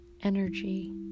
energy